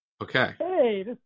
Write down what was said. Okay